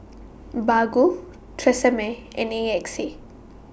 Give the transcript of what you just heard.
Baggu Tresemme and A X A